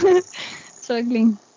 struggling